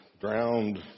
drowned